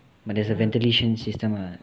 ventilation system lah